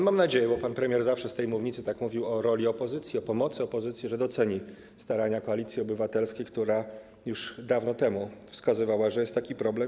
Mam nadzieję - pan premier zawsze z tej mównicy mówił o roli opozycji, o pomocy opozycji - że doceni starania Koalicji Obywatelskiej, która już dawno temu wskazywała, że jest taki problem.